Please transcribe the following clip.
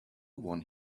one